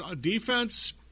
defense